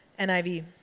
NIV